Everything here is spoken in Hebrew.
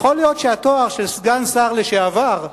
יכול להיות שהתואר סגן שר לשעבר,